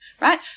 right